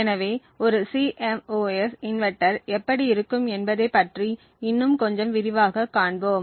எனவே ஒரு CMOS inverter எப்படி இருக்கும் என்பதைப் பற்றி இன்னும் கொஞ்சம் விரிவாகக் காண்போம்